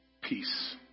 peace